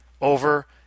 over